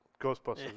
Ghostbusters